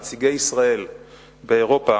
נציגי ישראל באירופה,